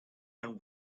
and